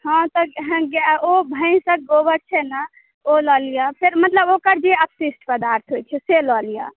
हँ तऽ गाय ओ भैँसक गोबर छै ने ओ लऽ लियऽ फेर मतलब ओकर जे अवशिष्ट पदार्थ होइ छै से लऽ लियऽ